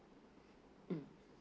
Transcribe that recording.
mm